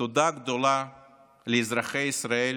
תודה גדולה לאזרחי ישראל